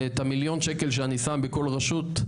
ואת המיליון שקלים שאני שם בכל רשות,